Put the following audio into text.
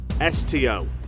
S-T-O